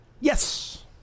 Yes